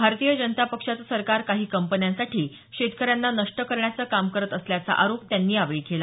भारतीय जनता पक्षाचं सरकार काही कंपन्यांसाठी शेतकऱ्यांना नष्ट करण्याचं काम करत असल्याचा आरोप त्यांनी यावेळी केला